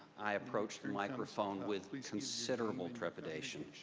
i approach the microphone with with considerable trepidation.